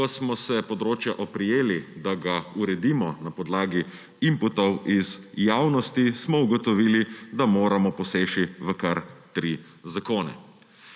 Ko smo se področja oprijeli, da ga uredimo na podlagi inputov iz javnosti, smo ugotovili, da moramo poseči v kar tri zakone.